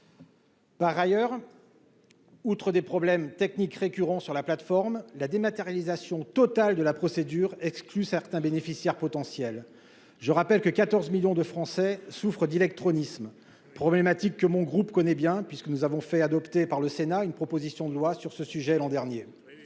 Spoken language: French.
Par ailleurs, outre des problèmes techniques récurrents sur la plateforme, la dématérialisation totale de la procédure exclut certains bénéficiaires potentiels, je rappelle que 14 millions de Français souffrent d'électronicien problématique que mon groupe connaît bien puisque nous avons fait adopter par le Sénat une proposition de loi sur ce sujet l'an dernier,